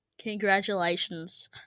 congratulations